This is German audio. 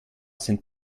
sind